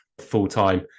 full-time